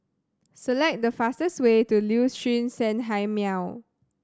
select the fastest way to Liuxun Sanhemiao